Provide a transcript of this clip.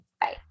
Bye